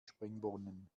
springbrunnen